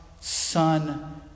Son